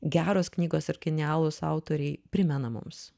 geros knygos ir genialūs autoriai primena mums